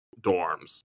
dorms